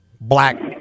black